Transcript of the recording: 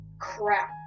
crap